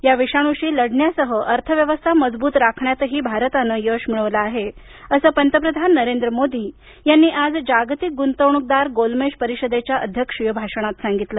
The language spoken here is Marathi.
या विषाणूशी लढा देण्यासह अर्थ व्यवस्था मजबूत राखण्यात भारतानं यश मिळवलं आहे असं पंतप्रधान नरेंद्र मोदी यांनी आज जागतिक गुंतवणुकदार गोलमेज परिषदेच्या अध्यक्षीय भाषणात सांगितलं